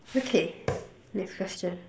okay next question